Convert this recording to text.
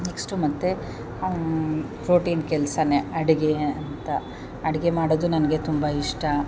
next ಮತ್ತು routine ಕೆಲ್ಸವೇ ಅಡುಗೆ ಅಂತ ಅಡುಗೆ ಮಾಡೋದು ನನಗೆ ತುಂಬ ಇಷ್ಟ